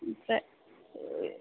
ओमफ्राय